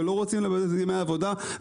ולא רוצים לבזבז ימי עבודה.